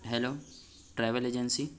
hello travel agency